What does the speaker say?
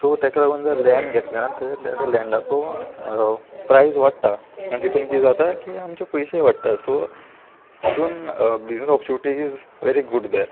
so ताका लागून जर लँड घेतलें ना थंय लँडाचो प्रायज वाडटा आनी तितून किदें जाता की आमचे पयशेय वाडटा सो तितून business opportunity is very good there